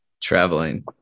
traveling